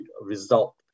result